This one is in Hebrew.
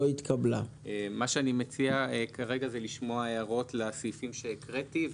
מה שאני מציע כרגע זה לשמוע הערות לסעיפים שהקראתי,